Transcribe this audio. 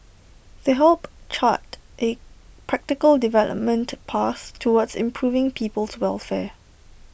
they help chart A practical development path towards improving people's welfare